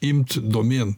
imt domėn